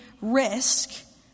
risk